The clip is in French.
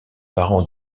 parents